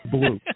Blue